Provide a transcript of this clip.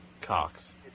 Cox